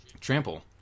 trample